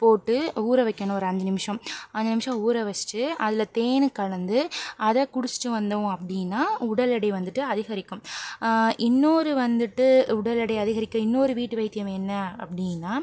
போட்டு ஊற வைக்கணும் ஒரு அஞ்சு நிமிஷம் அஞ்சு நிமஷம் ஊற வச்சுட்டு அதில் தேனு கலந்து அதை குடிச்சுட்டு வந்தோம் அப்படின்னா உடல் எடை வந்துட்டு அதிகரிக்கும் இன்னொரு வந்துட்டு உடல் எடையை அதிகரிக்க இன்னொரு வீட்டு வைத்தியம் என்ன அப்படின்னா